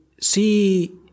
See